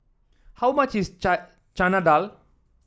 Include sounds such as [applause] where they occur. how much is [unintelligible] Chana Dal